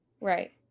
Right